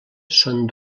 són